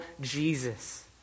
Jesus